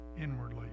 inwardly